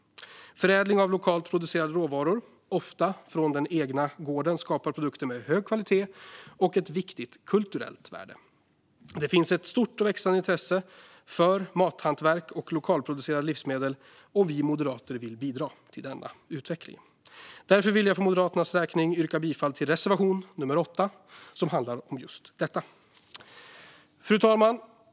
Förädling av lokalt producerade råvaror, ofta från den egna gården, skapar produkter med hög kvalitet och ett viktigt kulturellt värde. Det finns ett stort och växande intresse för mathantverk och lokalproducerade livsmedel, och vi moderater vill bidra till denna utveckling. Därför vill jag för Moderaternas räkning yrka bifall till reservation 8 som handlar om just detta. Fru talman!